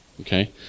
Okay